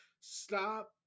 stop